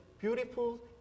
beautiful